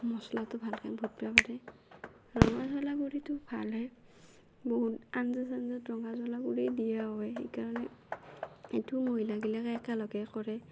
মচলাটো ভালকে বটবা পাৰে ৰঙা জ্বলা গুড়িটো ভালহে বহুত আঞ্জা চাঞ্জাত ৰঙা জ্বলা গুড়ি দিয়া হয় সেইকাৰণে এইটো মহিলাগিলাকে একেলগে কৰে